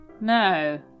No